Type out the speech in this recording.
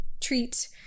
treat